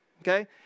Okay